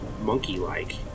monkey-like